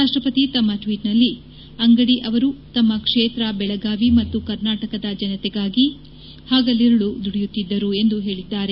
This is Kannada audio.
ರಾಷ್ಟ ಪತಿ ತಮ್ಮ ಟ್ವೀಟ್ನಲ್ಲಿ ಅಂಗಡಿ ಅವರು ತಮ್ಮ ಕ್ಷೇತ್ರ ಬೆಳಗಾವಿ ಮತ್ತು ಕರ್ನಾಟಕದ ಜನತೆಗಾಗಿ ಹಗಲಿರುಳು ದುಡಿಯುತ್ತಿದ್ದರು ಎಂದು ಹೇಳಿದ್ದಾರೆ